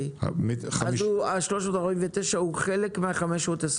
אז 349 הוא חלק מה-525.